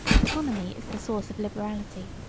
oeeconomy is the source of liberality,